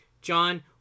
John